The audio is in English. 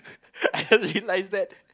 I just realised that